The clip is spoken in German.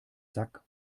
sack